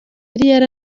yari